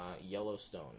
Yellowstone